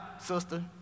sister